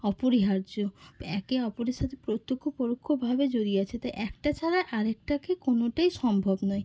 অপরিহার্য একে অপরের সাথে প্রত্যক্ষ ও পরোক্ষভাবে জড়িয়ে আছে তাই একটা ছাড়া আর একটাকে কোনোটাই সম্ভব নয়